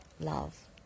love